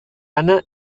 anna